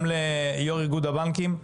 גם ליו"ר איגוד הבנקים.